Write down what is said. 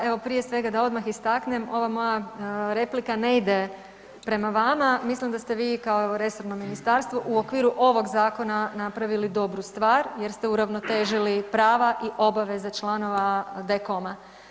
Pa evo prije svega da odmah istaknem, ova moja replika ne ide prema vama, mislim da ste vi kao resorno ministarstvo u okviru ovog zakona napravili dobru stvar jer ste uravnotežili prava i obaveze članova Dekoma.